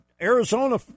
Arizona